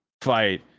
fight